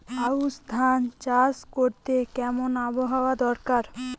আউশ ধান চাষ করতে কেমন আবহাওয়া দরকার?